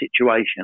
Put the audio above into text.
situation